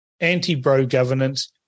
anti-bro-governance